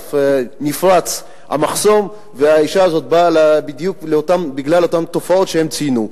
נפרץ המחסום והאשה הזאת באה בגלל אותן תופעות שהם ציינו,